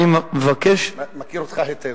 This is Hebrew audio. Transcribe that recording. אני מבקש, מכיר אותך היטב.